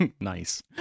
Nice